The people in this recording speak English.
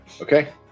Okay